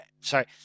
Sorry